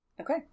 Okay